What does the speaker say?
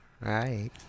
Right